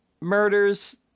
murders